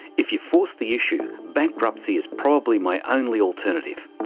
if you force the issue, bankruptcy is probably my only alternative.